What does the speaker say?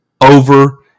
over